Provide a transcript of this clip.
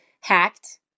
hacked